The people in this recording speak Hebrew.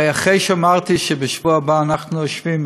אחרי שאמרתי שבשבוע הבא אנחנו יושבים,